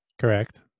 Correct